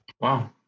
wow